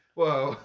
whoa